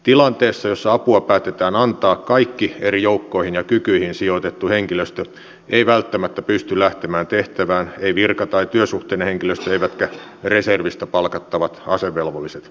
tilanteessa jossa apua päätetään antaa kaikki eri joukkoihin ja kykyihin sijoitettu henkilöstö ei välttämättä pysty lähtemään tehtävään ei virka tai työsuhteinen henkilöstö eivätkä reservistä palkattavat asevelvolliset